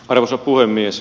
arvoisa puhemies